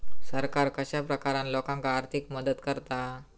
सरकार कश्या प्रकारान लोकांक आर्थिक मदत करता?